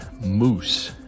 moose